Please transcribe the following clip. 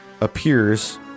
appears